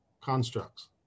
constructs